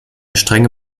strenge